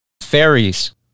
fairies